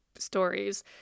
stories